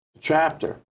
chapter